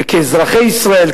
כאזרחי ישראל,